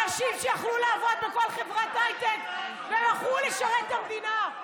אנשים שיכלו לעבוד בכל חברת הייטק ובחרו לשרת את המדינה.